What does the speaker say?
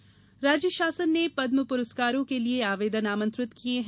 पुरस्कार राज्य शासन ने पद्म पुरस्कारों के लिए आवेदन आमंत्रित किए है